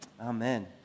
Amen